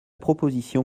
proposition